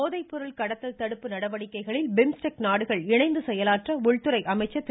போதைப்பொருள் கடத்தல் தடுப்பு நடவடிக்கைகளில் பிம்ஸ்டெக் நாடுகள் இணைந்து செயலாற்ற உள்துறை அமைச்சர் திரு